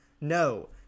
No